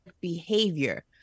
behavior